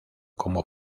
como